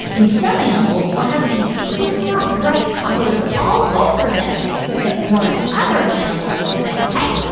and some animals will have these super-bright colors all over them that warn other animals that, hey,